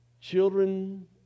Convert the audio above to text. Children